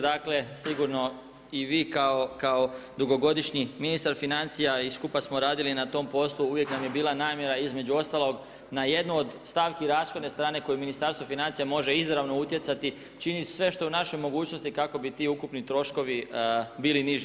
Dakle, sigurno i vi kao dugogodišnji ministar financija i skupa smo radili na tom poslu, uvijek nam je bilo namjera između ostalog, na jednu stavki rashodne strane koju Ministarstvo financija može izravno utjecati čini sve što je u našoj mogućnosti kako bi ti ukupni troškovi bili niži.